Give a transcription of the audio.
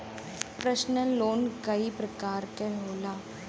personal loan कई परकार के होला